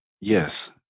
yes